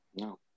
No